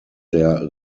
der